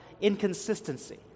inconsistency